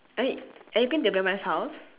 are you are you going to your grandmother's house